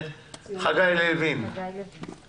חגי לוין ואז נחזור אליך.